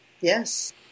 Yes